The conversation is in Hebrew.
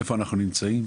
איפה אנחנו נמצאים,